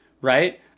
Right